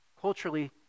culturally